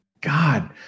God